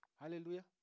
Hallelujah